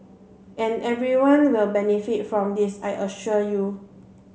and everyone will benefit from this I assure you